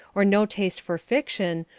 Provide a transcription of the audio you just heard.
or no taste for fiction,